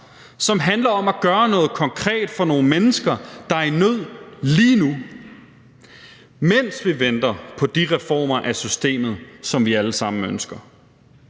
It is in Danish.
som handler om at gøre noget konkret for nogle mennesker, der er i nød lige nu, mens vi venter på de reformer af systemet, som vi alle sammen ønsker.